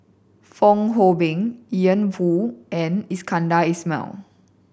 Fong Hoe Beng Ian Woo and Iskandar Ismail